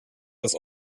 das